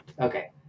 okay